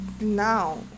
now